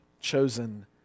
chosen